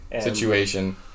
situation